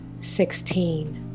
sixteen